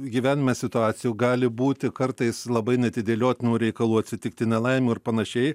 gyvenime situacijų gali būti kartais labai neatidėliotinų reikalų atsitikti nelaimių ir panašiai